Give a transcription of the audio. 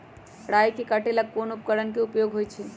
राई के काटे ला कोंन उपकरण के उपयोग होइ छई?